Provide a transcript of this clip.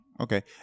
Okay